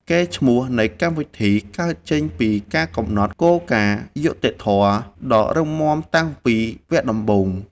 កេរ្តិ៍ឈ្មោះនៃកម្មវិធីកើតចេញពីការកំណត់គោលការណ៍យុត្តិធម៌ដ៏រឹងមាំតាំងពីវគ្គដំបូង។